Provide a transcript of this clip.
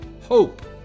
hope